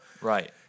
Right